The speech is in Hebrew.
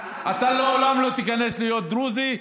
אתה לעולם לא תיכנס להיות דרוזי,